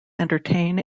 entertain